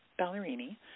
Ballerini